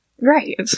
Right